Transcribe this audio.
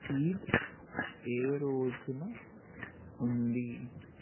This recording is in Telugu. ఈద్ ఏ రోజున ఉంది